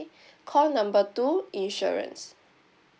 call number two insurance